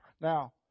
Now